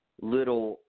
little